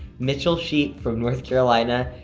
mitchell sheep from north carolina,